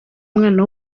umwana